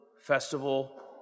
festival